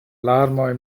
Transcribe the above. larmoj